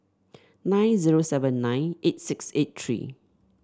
nine zero seven nine eight six eight three